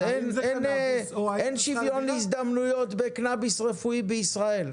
אין שוויון הזדמנויות בקנביס רפואי בישראל.